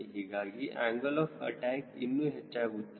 ಹೀಗಾಗಿ angle of attack ಇನ್ನೂ ಹೆಚ್ಚಾಗುತ್ತದೆ